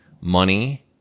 money